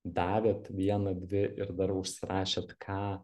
davėt vieną dvi ir dar užsirašėt ką